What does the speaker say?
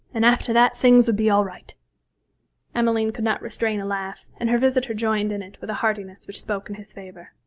and after that things would be all right emmeline could not restrain a laugh, and her visitor joined in it with a heartiness which spoke in his favour.